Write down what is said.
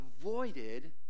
avoided